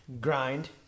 grind